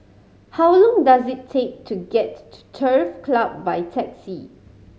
how long does it take to get to Turf Club by taxi